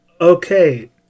okay